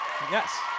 Yes